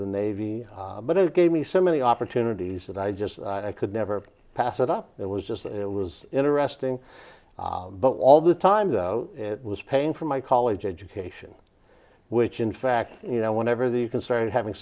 the navy but it gave me so many opportunities that i just could never pass it up it was just it was interesting but all the time it was paying for my college education which in fact you know whatever the concern having